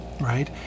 right